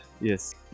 Yes